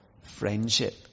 friendship